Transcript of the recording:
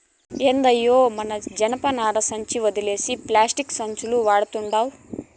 ఏందయ్యో మన జనపనార సంచి ఒదిలేసి పేస్టిక్కు సంచులు వడతండావ్